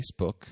Facebook